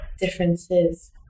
differences